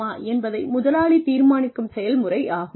என்பதை முதலாளி தீர்மானிக்கும் செயல்முறையாகும்